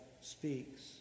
speaks